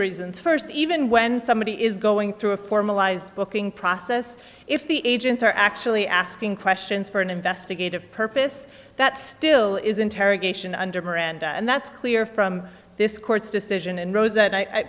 reasons first even when somebody is going through a formalized booking process if the agents are actually asking questions for an investigative purpose that still is interrogation under miranda and that's clear from this court's decision and rose that i